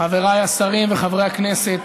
חבריי השרים וחברי הכנסת,